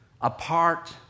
apart